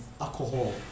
alcohol